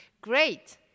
great